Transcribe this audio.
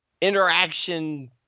interaction